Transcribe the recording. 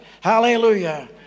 Hallelujah